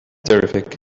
terrific